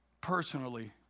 Personally